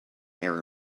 error